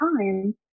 time